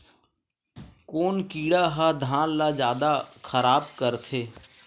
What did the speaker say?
कोन कीड़ा ह धान ल जादा खराब करथे?